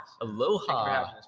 Aloha